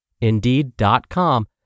indeed.com